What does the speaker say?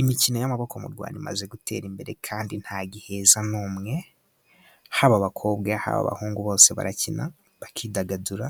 Imikino y'amaboko mu Rwanda imaze gutera imbere kandi ntabwo iheza n'umwe. Haba abakobwa, haba abahungu bose barakina bakidagadura